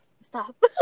Stop